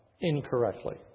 incorrectly